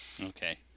Okay